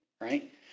right